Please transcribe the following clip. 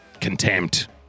Contempt